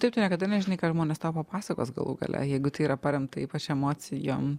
taip tu niekada nežinai ką žmonės tapo pasakos galų gale jeigu tai yra paremta ypač emocijom